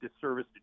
disservice